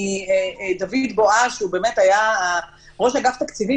דוד בועז, שהיה ראש אגף התקציבים.